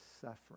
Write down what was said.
suffering